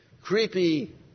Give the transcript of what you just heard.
creepy